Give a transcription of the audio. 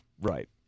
right